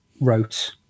wrote